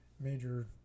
major